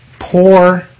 poor